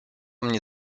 mnie